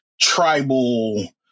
tribal